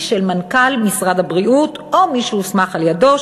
היא של מנכ"ל משרד הבריאות או מי שהוסמך על-ידיו,